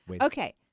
Okay